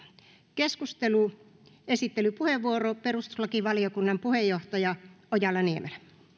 esittelypuheenvuoro perustuslakivaliokunnan puheenjohtaja ojala niemelä